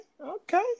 Okay